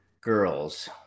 girls